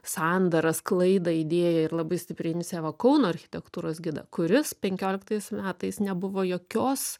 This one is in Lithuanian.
sandarą sklaidą idėją ir labai stipriai inicijavo kauno architektūros gidą kuris penkioliktais metais nebuvo jokios